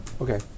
Okay